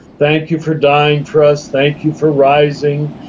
thank you for dying for us, thank you for rising.